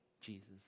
Jesus